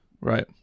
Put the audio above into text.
Right